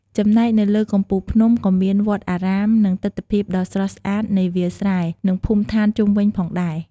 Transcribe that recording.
ចំណែកនៅលើកំពូលភ្នំ ក៏មានវត្តអារាម និងទិដ្ឋភាពដ៏ស្រស់ស្អាតនៃវាលស្រែ និងភូមិឋានជុំវិញផងដែរ។